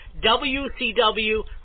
wcw